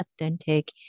authentic